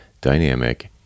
dynamic